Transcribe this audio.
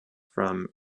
from